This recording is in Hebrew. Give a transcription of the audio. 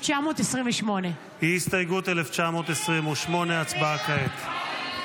1928. הסתייגות 1928, הצבעה כעת.